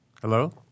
Hello